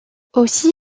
aussi